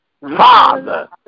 Father